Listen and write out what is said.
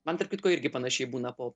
man tarp kitko irgi panašiai būna po